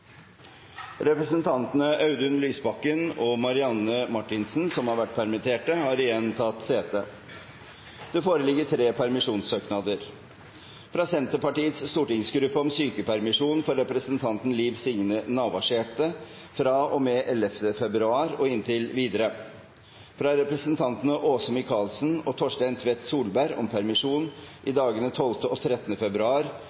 Representantene påhørte stående presidentens minnetale. Representantene Audun Lysbakken og Marianne Marthinsen, som har vært permittert, har igjen tatt sete. Det foreligger to permisjonssøknader: fra Senterpartiets stortingsgruppe om sykepermisjon for representanten Liv Signe Navarsete fra og med 11. februar og inntil videre fra representantene Åse Michaelsen og Torstein Tvedt Solberg om permisjon i